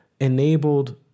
enabled